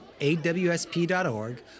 awsp.org